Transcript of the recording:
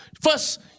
First